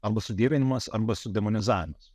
arba sudievinimas arba sudemonizavimas